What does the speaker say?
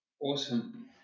Awesome